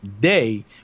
day